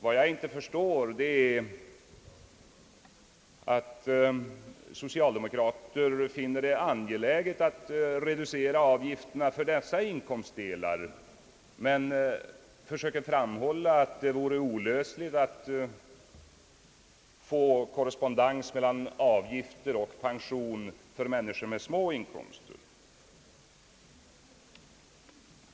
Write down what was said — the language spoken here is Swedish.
Vad jag inte förstår är, att socialdemokrater finner det angeläget att reducera avgifterna för dessa inkomstdelar och försöker framhålla det såsom olösligt att nå korrespondens mellan avgifter och pension för människor med små inkomster.